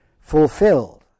fulfilled